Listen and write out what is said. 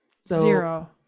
Zero